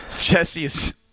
Jesse's